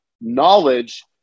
knowledge